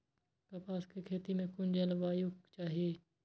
कपास के खेती में कुन जलवायु चाही?